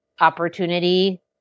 opportunity